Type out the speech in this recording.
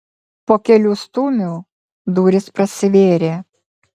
po kelių stūmių durys prasivėrė